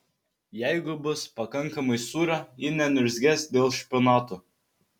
jeigu bus pakankamai sūrio ji neniurzgės dėl špinatų